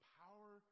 power